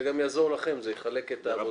זה גם יעזור לכם, זה יחלק את העבודה.